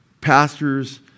pastors